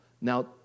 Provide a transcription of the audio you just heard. Now